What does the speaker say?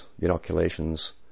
inoculations